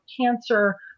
cancer